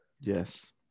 Yes